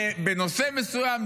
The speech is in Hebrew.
בנושא מסוים,